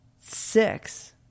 six